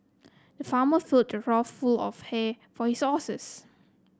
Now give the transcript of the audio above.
the farmer filled a trough full of hay for his horses